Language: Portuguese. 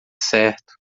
certo